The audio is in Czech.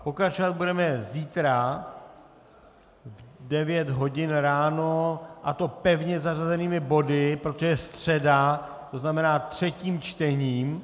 Pokračovat budeme zítra v 9 hodin ráno, a to pevně zařazenými body, protože je středa, tzn. třetím čtením.